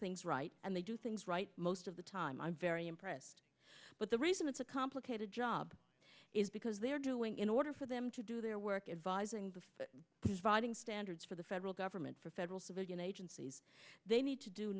things right and they do things right most of the time i'm very impressed but the reason it's a complicated job is because they are doing in order for them to do their work advising them providing standards for the federal government for federal civilian agencies they need to do